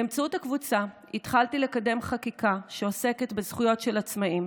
באמצעות הקבוצה התחלתי לקדם חקיקה שעוסקת בזכויות של עצמאים,